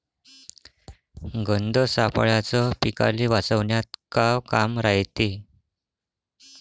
गंध सापळ्याचं पीकाले वाचवन्यात का काम रायते?